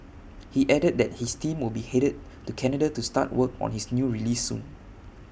he added that his team will be headed to Canada to start work on his new release soon